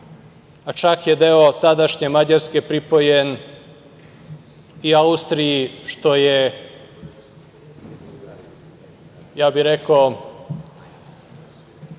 Čak je deo tadašnje Mađarske pripojen i Austriji, što je, ja bih rekao,